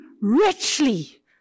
richly